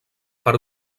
per